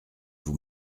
vous